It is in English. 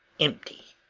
empty.